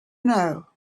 know